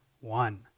One